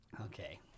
Okay